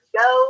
go